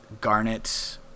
Garnet